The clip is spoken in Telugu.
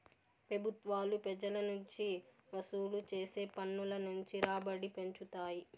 పెబుత్వాలు పెజల నుంచి వసూలు చేసే పన్నుల నుంచి రాబడిని పెంచుతాయి